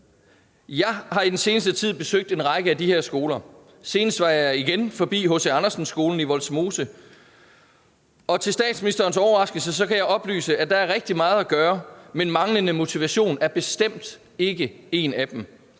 Jeg har i den seneste tid besøgt en række af de her skoler. Senest var jeg igen forbi H.C. Andersen Skolen i Vollsmose. Til statsministerens overraskelse kan jeg oplyse, at der er rigtig meget at gøre, men der mangler bestemt ikke motivation.